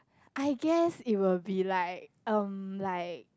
I guess it will be like um like